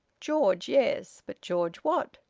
george, yes but george what?